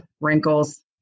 wrinkles